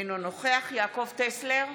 אינו נוכח יעקב טסלר,